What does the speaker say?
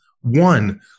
One